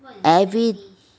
every